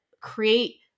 create